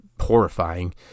horrifying